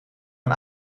een